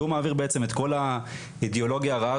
שהוא מעביר בעצם את כל האידיאולוגיה הרעה